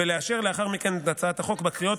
ולאשר לאחר מכן את הצעת החוק בקריאות